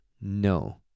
no